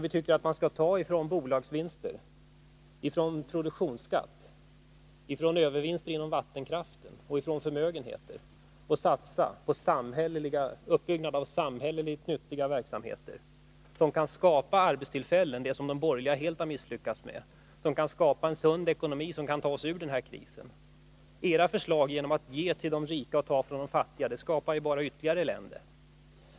Vi tycker att man skall ta från bolagsvinster, från produktionsskatt, från övervinster inom vattenkraften och från förmögenheter och satsa på utbyggnad av samhälleligt nyttiga verksamheter, som kan skapa arbetstillfällen — vilket de borgerliga helt har misslyckats med — och en sund ekonomi och därmed ta oss ur den här krisen. Era förslag att ta från de fattiga och ge till de rika skapar bara ytterligare elände.